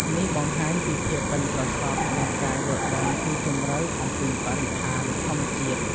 នេះបង្ហាញពីភាពប៉ិនប្រសប់ និងការយល់ដឹងស៊ីជម្រៅអំពីបរិស្ថានធម្មជាតិ។